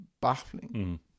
baffling